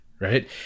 right